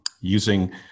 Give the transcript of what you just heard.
using